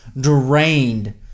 drained